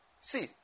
See